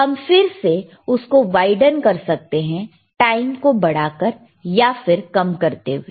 हम फिर से उसको वाइडन कर सकते हैं टाइम को बढ़ाकर या फिर कम करते हुए